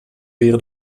wäre